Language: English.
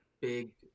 Big